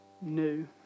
new